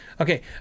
Okay